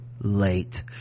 late